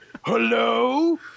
Hello